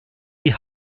die